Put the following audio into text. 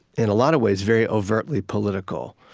in a lot of ways, very overtly political.